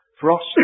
frost